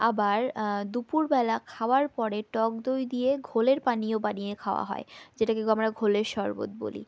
আবার দুপুরবেলা খাওয়ার পরে টক দই দিয়ে ঘোলের পানীয় বানিয়ে খাওয়া হয় যেটাকে গ আমরা ঘোলের শরবত বলি